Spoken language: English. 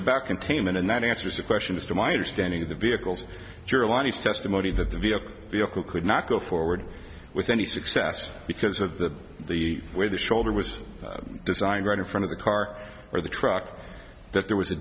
about containment and that answers the question as to my understanding of the vehicles caroline is testimony that the vehicle vehicle could not go forward with any success because of the the way the shoulder was designed right in front of the car or the truck that there was a